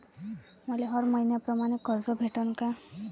मले हर मईन्याप्रमाणं कर्ज भेटन का?